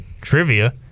Trivia